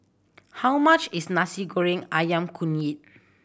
how much is Nasi Goreng Ayam Kunyit